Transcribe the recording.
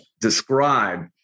describe